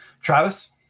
Travis